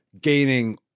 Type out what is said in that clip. Gaining